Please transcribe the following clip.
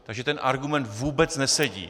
Takže ten argument vůbec nesedí.